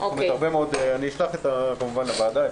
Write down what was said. אשלח לוועדה את התוכנית,